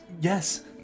Yes